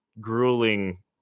grueling